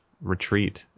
retreat